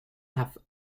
have